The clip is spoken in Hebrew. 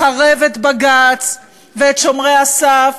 לחרב את בג"ץ ואת שומרי הסף,